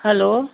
hello